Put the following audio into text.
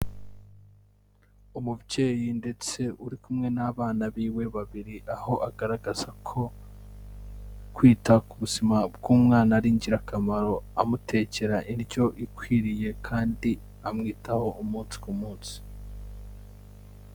Umubyeyi ndetse uri kumwe n'abana biwe babiri, aho agaragaza ko kwita ku buzima bw'umwana ari ingirakamaro, amutekera indyo ikwiriye kandi amwitaho umunsi ku munsi.